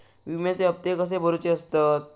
विम्याचे हप्ते कसे भरुचे असतत?